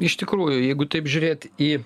iš tikrųjų jeigu taip žiūrėt į